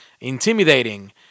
intimidating